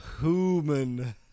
Human